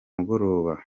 mugoroba